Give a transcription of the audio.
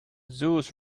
zoos